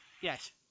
yes